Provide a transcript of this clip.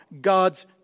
God's